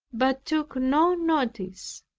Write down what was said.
but took no notice.